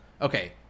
Okay